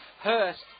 Hurst